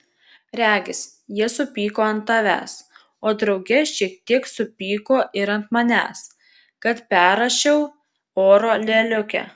regis jie supyko ant tavęs o drauge šiek tiek supyko ir ant manęs kad perrašiau oro lėliukę